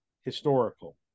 historical